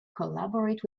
collaborate